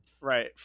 Right